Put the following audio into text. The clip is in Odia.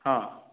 ହଁ